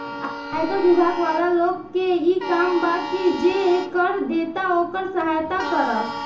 आयकर बिभाग वाला लोग के इ काम बा की जे कर देता ओकर सहायता करऽ